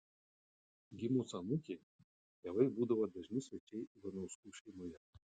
gimus anūkei tėvai būdavo dažni svečiai ivanauskų šeimoje